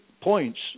points